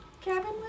cabin